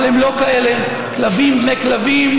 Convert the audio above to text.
אבל הם לא כאלה: כלבים בני כלבים,